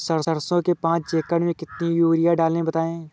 सरसो के पाँच एकड़ में कितनी यूरिया डालें बताएं?